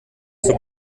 zur